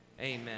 Amen